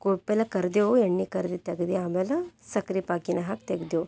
ಕೋ ಪೈಲೆ ಕರಿದೆವು ಎಣ್ಣೆ ಕರ್ದಿದ್ದು ತೆಗ್ದು ಆಮೇಲೆ ಸಕ್ರೆ ಪಾಕಿನಾಗ ಹಾಕಿ ತೆಗ್ದೆವು